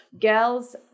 girls